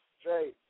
straight